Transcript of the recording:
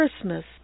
Christmas